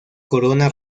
corona